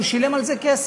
והוא שילם על זה כסף.